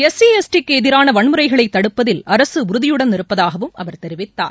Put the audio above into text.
SC எஸ்டிக்குஎதிரானவன்முறைகளைதடுப்பதில் அரசுஉறுதியுடன் இருப்பதாகவும் அவர் தெரிவித்தார்